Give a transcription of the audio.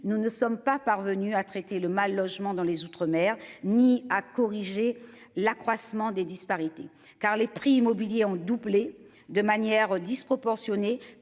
Nous ne sommes pas parvenus à traiter le mal logement dans les outre-mer ni à corriger l'accroissement des disparités car les prix immobiliers ont doublé de manière disproportionnée